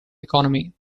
economy